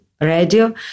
radio